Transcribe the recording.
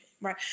Right